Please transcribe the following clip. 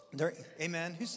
Amen